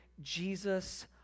Jesus